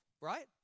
right